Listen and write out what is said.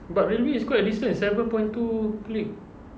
but railway is quite a distance seven point two click